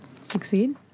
Succeed